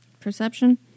Perception